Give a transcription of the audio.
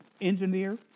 engineer